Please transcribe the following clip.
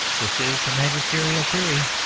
this is the magisterial theory,